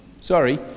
sorry